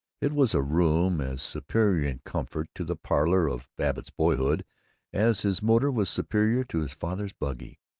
it was a room as superior in comfort to the parlor of babbitt's boyhood as his motor was superior to his father's buggy.